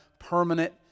permanent